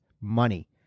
money